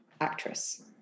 actress